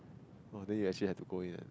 !woah! then you actually had to go in and